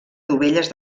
dovelles